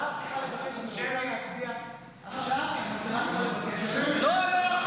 הממשלה צריכה לבקש --- יצביע --- לא, לא.